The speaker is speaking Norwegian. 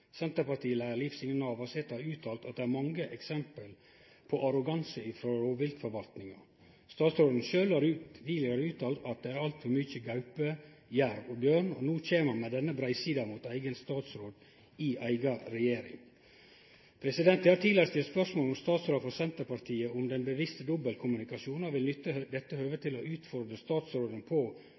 Liv Signe Navarsete har uttala at det er mange eksempel på arroganse frå rovviltforvaltninga. Statsråden sjølv har tidlegare uttala at det er altfor mykje gaupe, jerv og bjørn, og no kjem han med denne breisida mot eigen statsråd i eiga regjering. Eg har tidlegare stilt spørsmål til statsrådar frå Senterpartiet om den bevisste dobbeltkommunikasjonen, og vil nytte dette høvet til å utfordre statsråden på